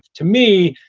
to me,